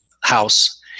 house